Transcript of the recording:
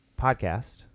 podcast